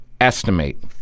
estimate